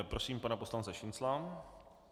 Prosím pana poslance Šincla.